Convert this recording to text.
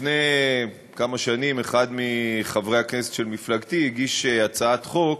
לפני כמה שנים אחד מחברי הכנסת של מפלגתי הגיש הצעת חוק